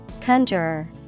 Conjurer